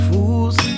Fools